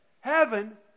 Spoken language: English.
heaven